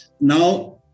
Now